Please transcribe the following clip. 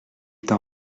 t’en